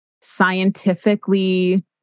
scientifically